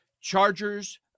Chargers